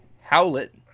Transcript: Howlet